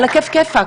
על הכיף כיפאק,